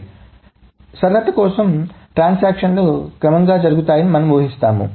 కాబట్టి సరళత కోసం ట్రాన్సాక్షన్ లు క్రమంగా జరుగుతాయని మనము ఊహిస్తాము